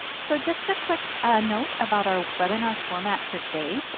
so just a quick note about our webinar format for today.